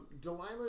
Delilah